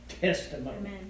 testimony